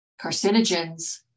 carcinogens